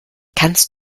kannst